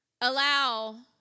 allow